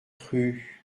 rue